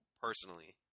personally